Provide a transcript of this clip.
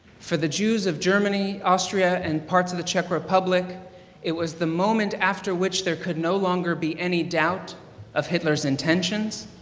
for the jews of germany, austria, and parts of the czech republic it was the moment after which there could no longer be any doubt of hitler's intentions.